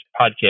podcast